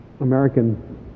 American